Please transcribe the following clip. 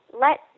let